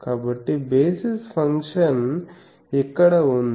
కాబట్టి basis function ఇక్కడ ఉంది